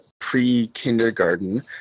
pre-kindergarten